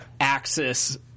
Axis